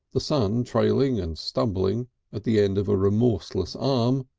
the son trailing and stumbling at the end of a remorseless arm,